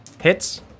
Hits